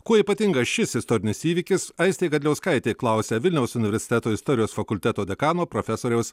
kuo ypatingas šis istorinis įvykis aistė gadliauskaitė klausia vilniaus universiteto istorijos fakulteto dekano profesoriaus